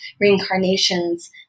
reincarnations